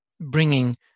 bringing